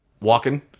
walking